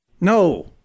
No